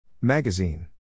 Magazine